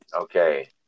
okay